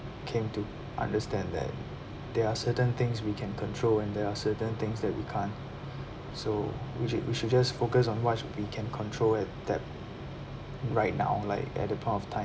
came to understand that there are certain things we can control and there are certain things that we can't so we should we should just focus on what sh~ we can control at that right now like at that point of time